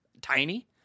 tiny